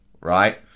Right